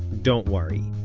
don't worry.